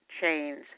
chains